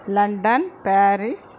London Paris